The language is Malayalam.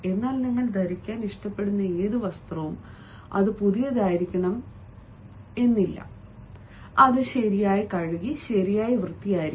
എന്നാൽ നിങ്ങൾ ധരിക്കാൻ ഇഷ്ടപ്പെടുന്ന ഏത് വസ്ത്രവും അത് പുതിയതായിരിക്കണം അത് ശരിയായി കഴുകി ശരിയായി വൃത്തിയാക്കണം